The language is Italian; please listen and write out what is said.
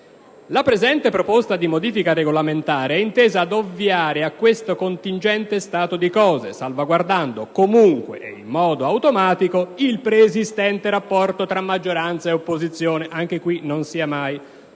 La presente proposta di modifica regolamentare è intesa ad ovviare a questo contingente stato di cose, salvaguardando comunque - ed in modo automatico - il preesistente rapporto tra maggioranza e opposizione». Anche in questo caso: